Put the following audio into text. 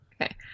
Okay